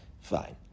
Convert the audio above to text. Fine